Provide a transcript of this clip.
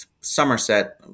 Somerset